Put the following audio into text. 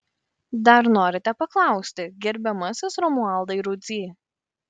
dar norite paklausti gerbiamasis romualdai rudzy